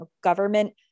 government